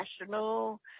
national